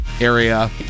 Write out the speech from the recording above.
area